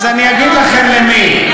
אז אני אגיד לכם למי,